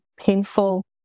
painful